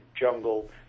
jungle